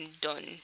done